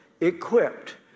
equipped